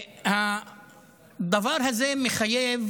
הדבר הזה מחייב